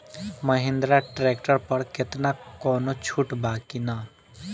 Mahindra tractor पर केतना कौनो छूट बा कि ना?